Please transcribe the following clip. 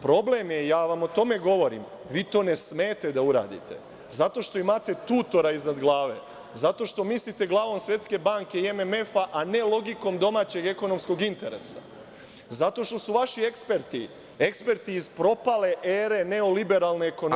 Problem je, ja vam o tome govorim, vi to ne smete da uradite zato što imate tutora iznad glave, zato što mislite glavom Svetske banke i MMF, a ne logikom domaćeg ekonomskog interesa zato što su vaši eksperti, eksperti iz propale ere neoliberalne ekonomije…